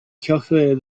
calculated